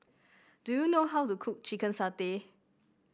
do you know how to cook Chicken Satay